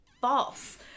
false